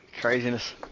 Craziness